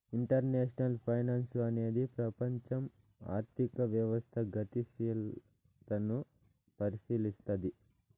international finance అనేది ప్రపంచం ఆర్థిక వ్యవస్థ గతిశీలతని పరిశీలస్తది